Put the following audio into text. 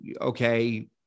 okay